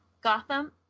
Gotham